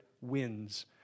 wins